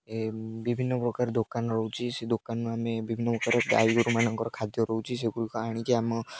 ଏ ବିଭିନ୍ନ ପ୍ରକାର ଦୋକାନ ରହୁଛି ସେ ଦୋକାନରୁ ଆମେ ବିଭିନ୍ନ ପ୍ରକାର ଗାଈଗୋରୁମାନଙ୍କର ଖାଦ୍ୟ ରହୁଛି ସେଗୁଡ଼ିକ ଆଣିକି ଆମ